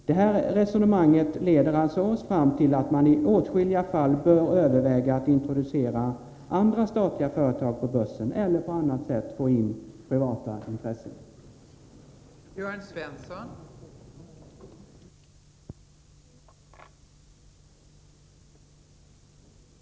Det här resonemanget leder oss alltså fram till att man i åtskilliga fall bör överväga att introducera andra statliga företag på börsen eller på annat sätt få in privata intressen i företagen.